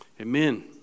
Amen